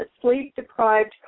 sleep-deprived